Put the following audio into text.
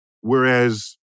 Whereas